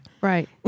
Right